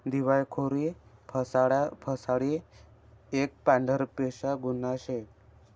दिवायखोरी फसाडा फसाडी एक पांढरपेशा गुन्हा शे